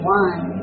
one